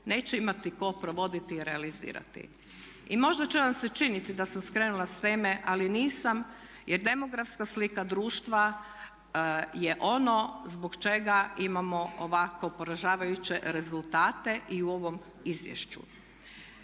neće imati tko provoditi i realizirati. I možda će vam se činiti da sam skrenula s teme, ali nisam, jer demografska slika društva je ono zbog čega imamo ovako poražavajuće rezultate i u ovom izvješću.